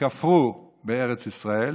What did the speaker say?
כפרו בארץ ישראל.